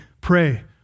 pray